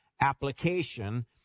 application